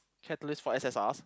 catalyst for